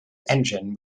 engine